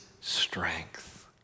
strength